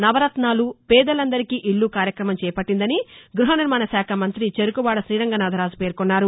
నవరత్నాలు పేదలందరికీ ఇజ్ల కార్యక్రమం చేపట్టిందని గృహ నిర్మాణశాఖ మంతి చెఱకువాడ గ్రశీరంగనాథరాజు పేర్కొన్నారు